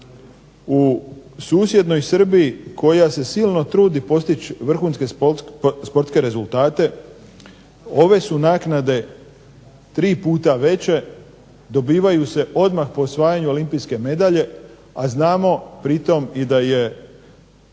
u susjednoj Srbiji koja se silno trudi postići vrhunske sportske rezultate ove su naknade tri puta veće, dobivaju se odmah po osvajanju olimpijske medalje, a znamo pritom i da je